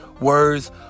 Words